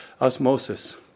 osmosis